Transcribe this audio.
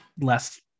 less